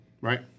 Right